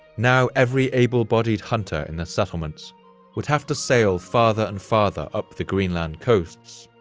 now, every able-bodied hunter in the settlements would have to sail farther and farther up the greenland coasts,